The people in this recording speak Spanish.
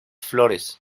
flores